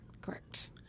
Correct